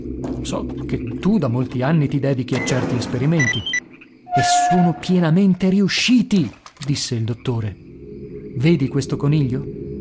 so che tu da molti anni ti dedichi a certi esperimenti e sono pienamente riusciti disse il dottore vedi questo coniglio